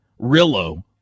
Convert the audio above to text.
Rillo